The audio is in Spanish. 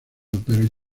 pero